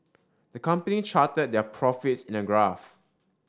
the company charted their profits in a graph